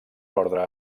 ordre